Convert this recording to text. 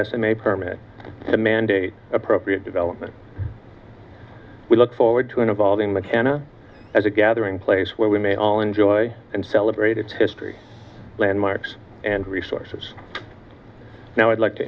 estimate permit to mandate appropriate development we look forward to an evolving the kana as a gathering place where we may all enjoy and celebrate its history landmarks and resources now i'd like to